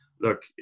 look